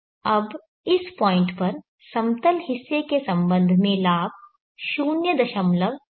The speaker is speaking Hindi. अब इस पॉइंट पर समतल हिस्से के संबंध में लाभ 0707 है